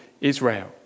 Israel